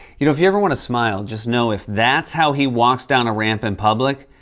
you know, if you ever wanna smile, just know, if that's how he walks down a ramp in public,